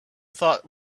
thought